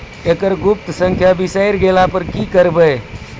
एकरऽ गुप्त संख्या बिसैर गेला पर की करवै?